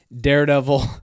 daredevil